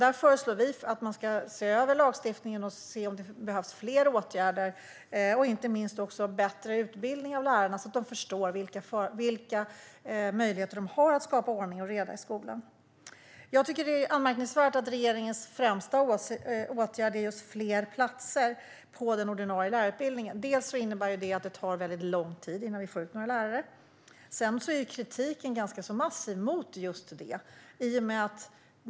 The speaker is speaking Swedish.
Vi föreslår att man ska se över lagstiftningen för att se om det behövs fler åtgärder och inte minst bättre utbildning av lärarna så att de förstår vilka möjligheter de har att skapa ordning och reda i skolan. Jag tycker att det är anmärkningsvärt att regeringens främsta åtgärd är just fler platser på den ordinarie lärarutbildningen. Dels innebär det att det tar lång tid innan vi får ut några lärare, dels är kritiken ganska massiv mot just detta.